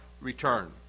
return